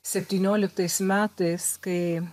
septynioliktais metais kai